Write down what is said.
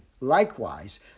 Likewise